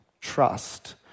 trust